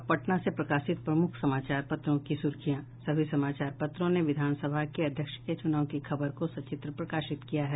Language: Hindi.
अब पटना से प्रकाशित प्रमुख समाचार पत्रों की सुर्खियां सभी समाचार पत्रों ने विधानसभा के अध्यक्ष के चूनाव की खबर को सचित्र प्रकाशित किया है